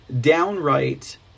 downright